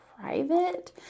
private